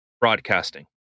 broadcasting